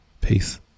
Peace